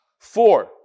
Four